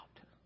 out